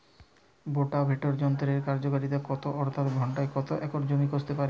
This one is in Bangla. রোটাভেটর যন্ত্রের কার্যকারিতা কত অর্থাৎ ঘণ্টায় কত একর জমি কষতে পারে?